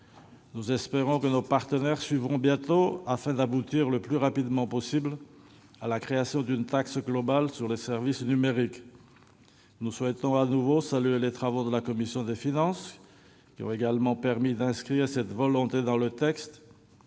Nous espérons que nos partenaires suivront bientôt, afin d'aboutir le plus rapidement possible à la création d'une taxe globale sur les services numériques. Nous souhaitons de nouveau saluer les travaux de la commission des finances, qui ont également permis d'inscrire cette volonté dans le texte